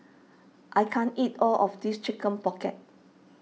I can't eat all of this Chicken Pocket